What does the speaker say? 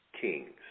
kings